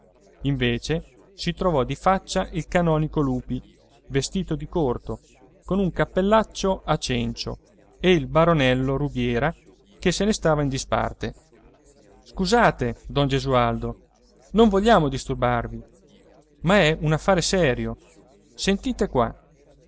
invece si trovò di faccia il canonico lupi vestito di corto con un cappellaccio a cencio e il baronello rubiera che se ne stava in disparte scusate don gesualdo non vogliamo disturbarvi ma è un affare serio sentite qua